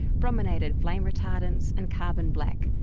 brominated flame retardants, and carbon black,